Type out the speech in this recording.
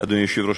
אדוני יושב-ראש